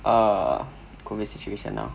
uh COVID situation now